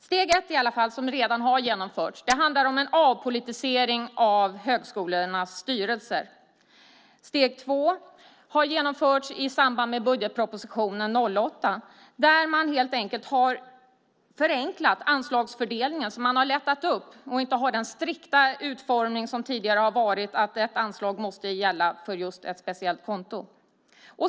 Steg 1, som redan har genomförts, handlar om en avpolitisering av högskolornas styrelser. Steg 2 har genomförts i samband med budgetpropositionen 2008. Man har förenklat anslagsfördelningen och lättat upp det, och man har inte den strikta utformningen som var tidigare, att ett anslag måste gälla på just ett speciellt konto.